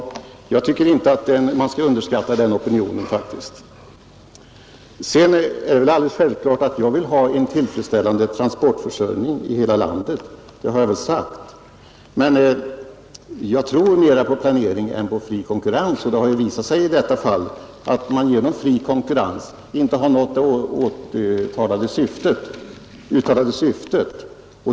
Därför tycker jag faktiskt inte att man skall underskatta den opinionen. Sedan är det självklart att jag vill ha en tillfredsställande transportförsörjning i hela landet. Det har jag också sagt. Men jag tror mera på planering än på fri konkurrens, Det har ju också här visat sig att man genom fri konkurrens inte har nått det uttalade syftet.